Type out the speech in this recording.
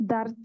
Dar